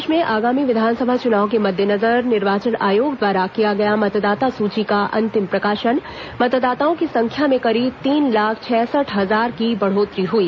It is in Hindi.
प्रदेश में आगामी विधानसभा चुनाव के मद्देनजर निर्वाचन आयोग द्वारा किया गया मतदाता सूची का अंतिम प्रकाशन मतदाताओं की संख्या में करीब तीन लाख छियासठ हजार की बढ़ोत्तरी हुई